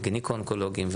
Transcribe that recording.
גניקו-אונקולוגים,